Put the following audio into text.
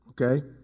Okay